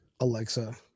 Alexa